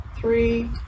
three